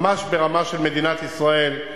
ממש ברמה של מדינת ישראל,